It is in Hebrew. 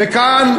וכאן,